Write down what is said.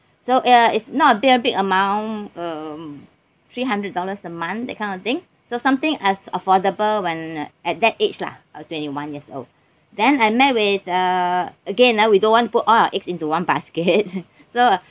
so uh it's not very big amount um three hundred dollars a month that kind of thing so something as affordable when at that age lah I was twenty one years old then I met with uh again ah we don't want to put all our eggs into one basket so